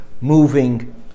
moving